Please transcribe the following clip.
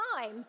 time